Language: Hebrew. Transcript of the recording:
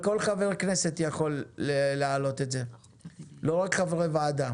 כל חבר כנסת יכול להעלות נושא חדש